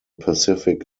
pacific